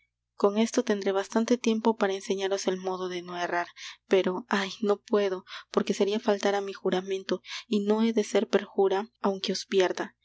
con esto tendré bastante tiempo para enseñaros el modo de no errar pero ay no puedo porque seria faltar á mi juramento y no he de ser perjura aunque os pierda